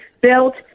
built